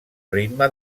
ritme